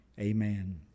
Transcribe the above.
Amen